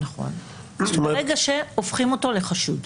ברגע שהופכים אותו לחשוד.